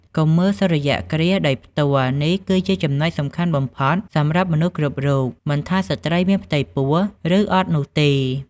កុំមើលសូរ្យគ្រាសដោយផ្ទាល់ នេះគឺជាចំណុចសំខាន់បំផុតសម្រាប់មនុស្សគ្រប់រូប មិនថាស្ត្រីមានផ្ទៃពោះ ឬអត់នោះទេ ។